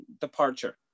departure